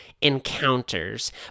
encounters